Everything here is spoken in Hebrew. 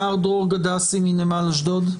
מר דרור גדסי מנמל אשדוד.